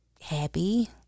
happy